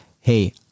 hey